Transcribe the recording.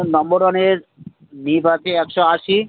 number ওয়ানের নিপ আছে একশো আশি